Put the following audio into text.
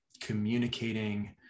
communicating